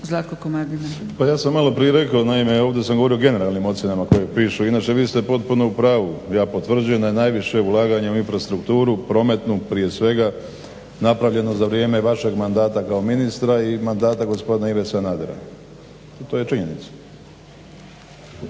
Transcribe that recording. Zlatko (SDP)** Pa ja sam malo prije rekao, naime ovdje sam govorio o generalnim ocjenama koje piše. Inače, vi ste potpuno u pravu. Ja potvrđujem da je najviše ulaganja u infrastrukturu prometnu prije svega napravljeno za vrijeme vašeg mandata kao ministra i mandata gospodina Ive Sanadera i to je činjenica.